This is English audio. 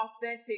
authentic